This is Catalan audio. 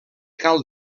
cal